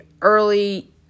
early